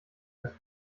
das